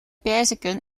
perziken